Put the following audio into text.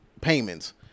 payments